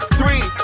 three